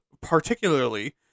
Particularly